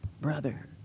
Brother